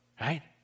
Right